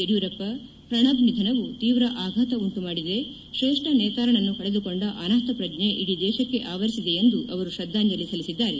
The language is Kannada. ಯಡಿಯೂರಪ್ಪ ಪ್ರಣಬ್ ನಿಧನವು ತೀವ್ರ ಆಘಾತ ಉಂಟುಮಾಡಿದೆ ಶ್ರೇಷ್ತ ನೇತಾರನನ್ನು ಕಳೆದುಕೊಂದ ಅನಾಥಪ್ರಜ್ಞೆ ಇಡೀ ದೇಶಕ್ಕೆ ಆವರಿಸಿದೆ ಎಂದು ಅವರು ಶ್ರದ್ದಾಂಜಲಿ ಸಲ್ಲಿಸಿದ್ದಾರೆ